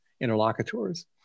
interlocutors